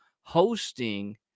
hosting